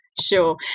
Sure